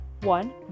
one